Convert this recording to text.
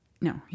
No